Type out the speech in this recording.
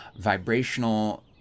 vibrational